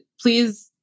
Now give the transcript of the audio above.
please